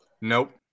Nope